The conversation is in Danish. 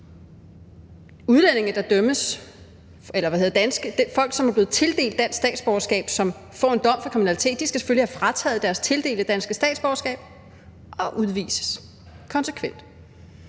Folk, som er blevet tildelt dansk statsborgerskab og får en dom for kriminalitet, skal selvfølgelig have frataget deres tildelte danske statsborgerskab og udvises, konsekvent.